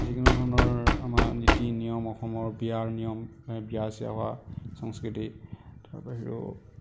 যিকোনো ধৰণৰ আমাৰ নীতি নিয়ম অসমৰ বিয়াৰ নিয়ম বিয়া চিয়া হোৱা সংস্কৃতি তাৰ বাহিৰেও